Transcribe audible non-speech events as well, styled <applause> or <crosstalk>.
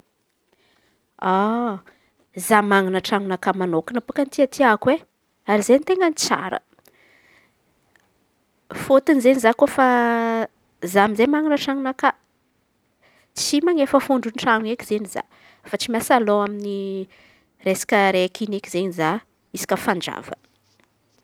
<hesitation> Za manan̈a tran̈onakà manokana baka tiàtiako e! Ary zey ten̈a tsara fôtony izen̈y za kofa za amy izey manan̈a tran̈onakà tsy manefa fondro tran̈o eky izen̈y za efa tsy miasa lôha amy resaky araiky eky izen̈y za isaka fanjava.